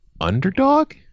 underdog